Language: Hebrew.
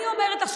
אני אומרת לך,